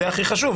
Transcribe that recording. זה הכי חשוב.